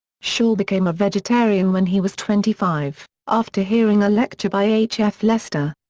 shaw became a vegetarian when he was twenty-five, after hearing a lecture by h f. lester.